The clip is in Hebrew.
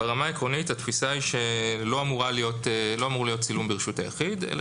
ברמה העקרונית התפיסה היא שלא אמור להיות צילום ברשות היחיד אלא